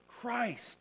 Christ